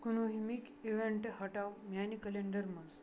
کُنوُہمِکۍ event ہٹاو میانہِ calendar منٛز